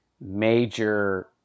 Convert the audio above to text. major